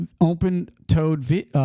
Open-toed